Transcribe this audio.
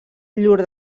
llur